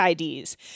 IDs